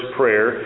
prayer